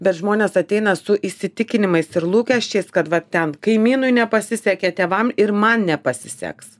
bet žmonės ateina su įsitikinimais ir lūkesčiais kad va ten kaimynui nepasisekė tėvam ir man nepasiseks